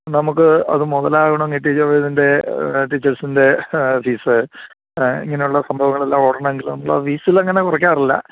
നമുക്ക് അത് മുതലാകണം ടീച്ചേഴ്സിന്റെ ഫീസ് ഇങ്ങനുള്ള സംഭവങ്ങളെല്ലാം ഓടണമെങ്കില് നമ്മള് ഫീസിലങ്ങന കുറയ്ക്കാറില്ല